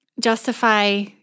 justify